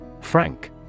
Frank